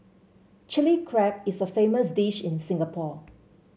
Chilli Crab is a famous dish in Singapore